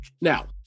Now